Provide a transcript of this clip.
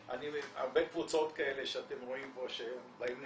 הרבה קבוצות כאלה שאתם רואים פה שהן באות למסיבות,